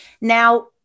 now